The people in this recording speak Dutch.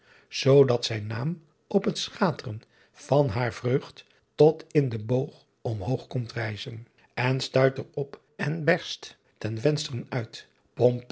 dat zijn naem op t schatren van haer vreught ot in den boogh om hoogh komt ryzen n stuit er op en berst ten venstren uit